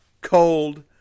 Cold